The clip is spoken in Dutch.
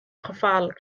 gevaarlijk